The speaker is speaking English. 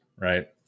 right